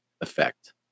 effect